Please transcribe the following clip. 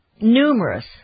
Numerous